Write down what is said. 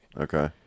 Okay